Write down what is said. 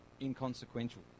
inconsequential